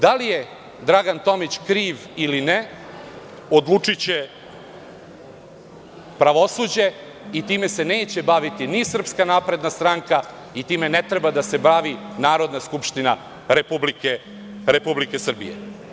Da li je Dragan Tomić kriv ili ne odlučiće pravosuđe i time se neće baviti ni SNS i time ne treba da se bavi Narodna skupštine Republike Srbije.